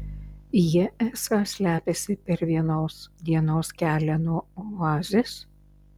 jie esą slepiasi per vienos dienos kelią nuo oazės